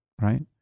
right